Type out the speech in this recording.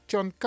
John